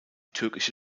türkische